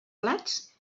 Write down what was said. plats